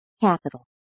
capital